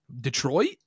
Detroit